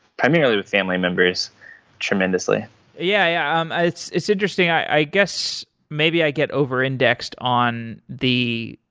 primarily with family members tremendously yeah um it's it's interesting. i guess, maybe i get over-indexed on the